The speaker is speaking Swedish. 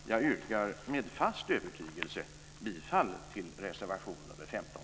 Jag yrkar med fast övertygelse bifall till reservation 15.